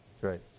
Right